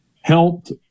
helped